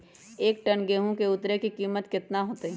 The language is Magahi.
एक टन गेंहू के उतरे के कीमत कितना होतई?